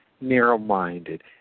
narrow-minded